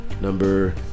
Number